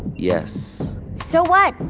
yes so what?